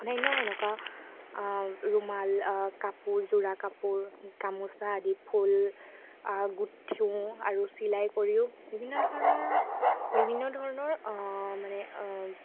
অন্যান্য এনেকুৱা ৰুমাল কাপোৰ যোৰা কাপোৰ গামোচা আদিত ফুল গোঠোঁ আৰু চিলাই কৰিও বিভিন্ন ধৰণৰ বিভিন্ন ধৰণৰ মানে